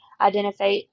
Identify